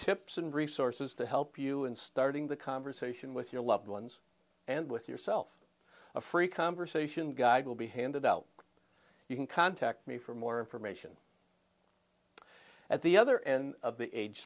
tips and resources to help you in starting the conversation with your loved ones and with yourself a free conversation guide will be handed out you can contact me for more information at the other end of the age